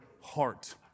heart